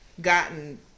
gotten